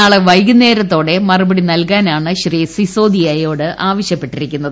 നാളെ ന് വൈകുന്നേരത്തോടെ മറുപടി നൽകാനാണ് ശ്രീ സിസോദിയയോട് ആവശൃപ്പെട്ടിരിക്കുന്നത്